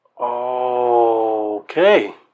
Okay